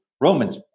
Romans